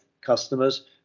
customers